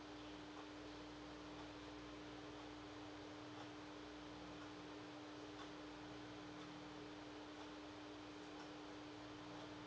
mm